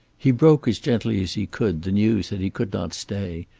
he broke as gently as he could the news that he could not stay,